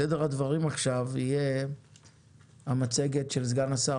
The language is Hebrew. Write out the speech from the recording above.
סדר הדברים עכשיו יהיה המצגת של סגן השר,